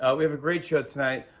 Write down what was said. ah we have a great show tonight.